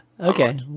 Okay